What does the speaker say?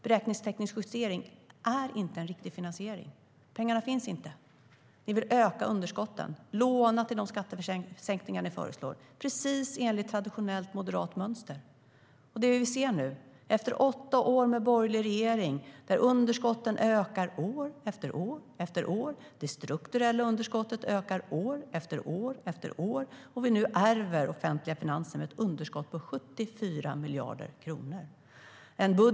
Beräkningsteknisk justering är inte en riktig finansiering. Pengarna finns inte. Ni vill öka underskotten och låna till de skattesänkningar ni föreslår precis enligt traditionellt moderat mönster. Det vi nu ser efter åtta år med borgerlig regering där underskotten ökade år efter år efter år och där det strukturella underskottet ökade år efter år efter år är att vi nu ärver offentliga finanser med ett underskott på 74 miljarder kronor.